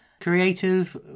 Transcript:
creative